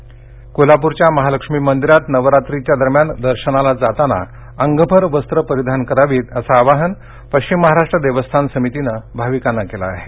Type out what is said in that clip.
मंदीर वेष कोल्हापूरच्या महालक्ष्मी मंदिरात नवरात्रीच्या दरम्यान दर्शनाला जाताना अंगभर वस्त्रं परिधान करावीत असं आवाहन पश्चिम महाराष्ट्र देवस्थान समितीनं भाविकांना केलं आहे